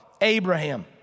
Abraham